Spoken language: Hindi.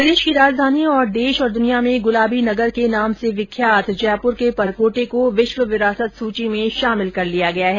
प्रदेश की राजधानी और देश और दुनिया में गुलाबी नगर के नाम से विख्यात जयपुर के परकोटे को विश्व विरासत में शामिल कर दिया गया है